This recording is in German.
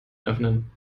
öffnen